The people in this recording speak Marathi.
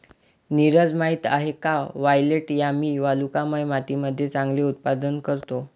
नीरज माहित आहे का वायलेट यामी वालुकामय मातीमध्ये चांगले उत्पादन करतो?